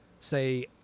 say